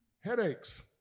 Headaches